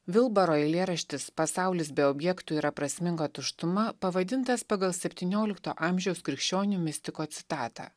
vilbaro eilėraštis pasaulis be objektų yra prasminga tuštuma pavadintas pagal septyniolikto amžiaus krikščionių mistiko citatą